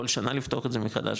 כל שנה לפתוח את זה מחדש?